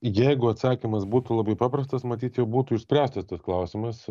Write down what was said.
jeigu atsakymas būtų labai paprastas matyt jau būtų išspręstas tas klausimas